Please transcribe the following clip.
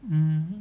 mmhmm